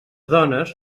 dones